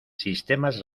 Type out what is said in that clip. sistemas